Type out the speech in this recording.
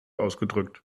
ausgedrückt